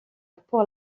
pour